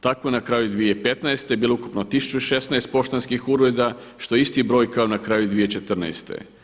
Tako je na kraju 2015. bilo ukupno 1016 poštanskih ureda što je isti broj kao na kraju 2014.